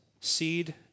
seed